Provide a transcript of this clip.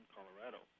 Colorado